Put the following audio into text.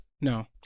No